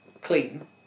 clean